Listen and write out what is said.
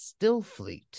Stillfleet